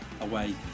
away